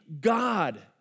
God